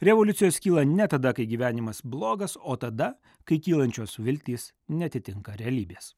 revoliucijos kyla ne tada kai gyvenimas blogas o tada kai kylančios viltys neatitinka realybės